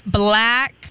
black